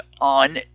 on